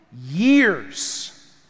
years